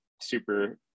super